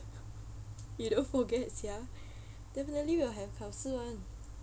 you don't forget sia definitely would have 告诉 [one]